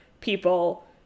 people